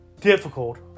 Difficult